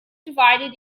divided